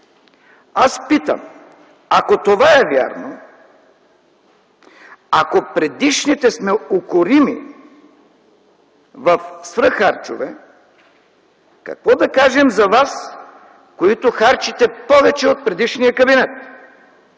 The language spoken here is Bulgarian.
Аз питам: ако това е вярно, ако предишните сме укорими в свръх харчове, какво да кажем за вас, които харчите повече от предишния кабинет,